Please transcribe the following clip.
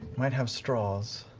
might have straws.